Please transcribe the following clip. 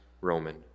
Roman